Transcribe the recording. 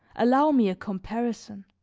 allow me a comparison.